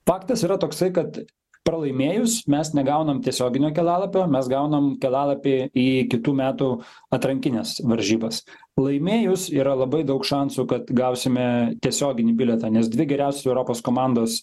faktas yra toksai kad pralaimėjus mes negaunam tiesioginio kelialapio mes gaunam kelialapį į kitų metų atrankines varžybas laimėjus yra labai daug šansų kad gausime tiesioginį bilietą nes dvi geriausios europos komandos